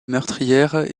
meurtrières